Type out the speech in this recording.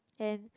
and